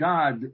God